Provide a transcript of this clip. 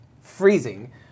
freezing